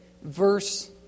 verse